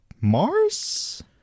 Mars